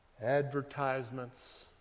advertisements